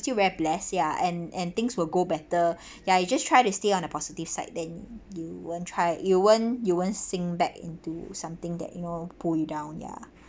still very blessed and and things will go better ya you just try to stay on the positive side then you won't try you won't you won't sink back into something that you know pull you down ya